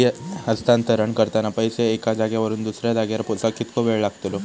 निधी हस्तांतरण करताना पैसे एक्या जाग्यावरून दुसऱ्या जाग्यार पोचाक कितको वेळ लागतलो?